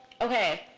okay